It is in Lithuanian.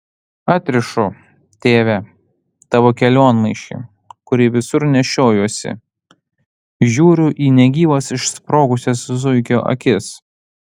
atrišu tėve tavo kelionmaišį kurį visur nešiojuosi žiūriu į negyvas išsprogusias zuikio akis